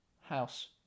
House